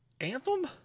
Anthem